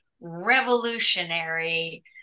revolutionary